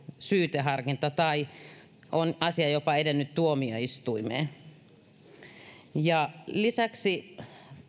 syyteharkinta tai asiassa joka on edennyt tuomioistuimeen lisäksi